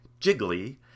Jiggly